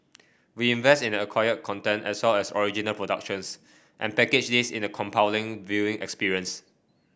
we invest in acquired content as well as original productions and package this in a compelling viewing experience